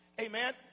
Amen